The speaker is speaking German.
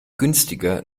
günstiger